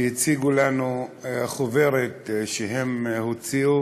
שהציגו לנו חוברת שהם הוציאו